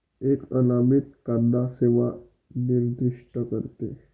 एक अनामित कांदा सेवा निर्दिष्ट करते